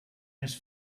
més